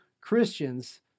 Christians